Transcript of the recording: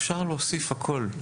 אפשר להוסיף הכול,